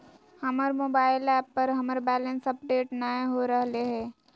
हमर mobile app पर हमर बैलेंस अपडेट नय हो रहलय हें